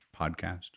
podcast